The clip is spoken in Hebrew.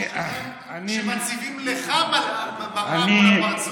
לא יאומן, יושב-ראש, כשמציבים לך מראה מול הפרצוף,